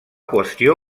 qüestió